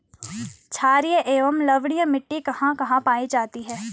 छारीय एवं लवणीय मिट्टी कहां कहां पायी जाती है?